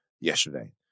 yesterday